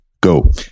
Go